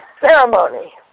ceremony